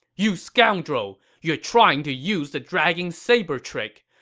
you scoundrel! you're trying to use the dragging saber trick.